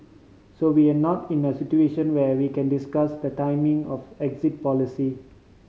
so we're not in a situation where we can discuss the timing of exit policy